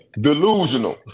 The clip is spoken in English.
Delusional